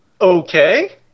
Okay